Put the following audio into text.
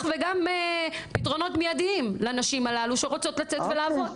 וגם פתרונות מיידים לנשים הללו שרוצות לצאת לעבוד.